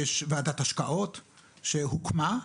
ויש ועדת השקעות שהוקמה.